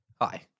Hi